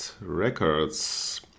Records